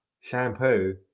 shampoo